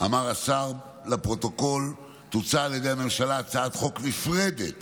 אמר השר לפרוטוקול: תוצע על ידי הממשלה הצעת חוק נפרדת